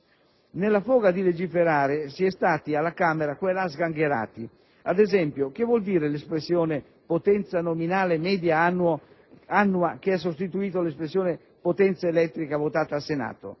Nella foga di legiferare, alla Camera si è stati qua e là sgangherati. Ad esempio, che vuol dire l'espressione «potenza nominale media annua» che ha sostituito l'espressione «potenza elettrica» votata al Senato?